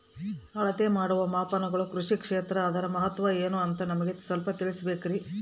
ಅಳತೆ ಮಾಡುವ ಮಾಪನಗಳು ಕೃಷಿ ಕ್ಷೇತ್ರ ಅದರ ಮಹತ್ವ ಏನು ಅಂತ ನಮಗೆ ಸ್ವಲ್ಪ ತಿಳಿಸಬೇಕ್ರಿ?